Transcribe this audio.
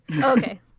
Okay